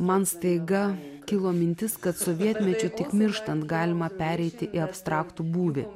man staiga kilo mintis kad sovietmečiu tik mirštant galima pereiti į abstraktų būvį